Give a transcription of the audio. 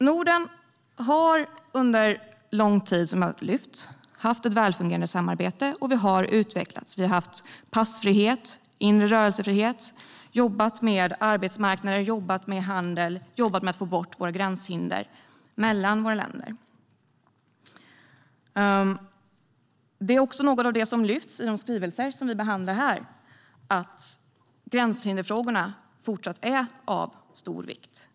Norden har under lång tid, som jag har lyft fram, haft ett välfungerande samarbete, och vi har utvecklats. Vi har haft passfrihet och rörelsefrihet och jobbat med arbetsmarknader, handel och med att få bort gränshindren mellan våra länder. I de skrivelser vi behandlar här lyfts gränshinderfrågorna också fram som frågor som är av stor vikt även i fortsättningen.